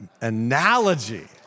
analogy